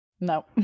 no